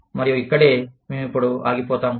మరియు ఇక్కడే మేము ఇప్పుడు ఆగిపోతాము